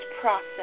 process